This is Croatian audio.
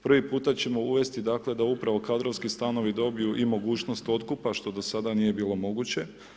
Prvi puta ćemo uvesti da upravo kadrovski stanovi dobiju i mogućnost otkupa što do sada nije bilo moguće.